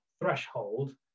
threshold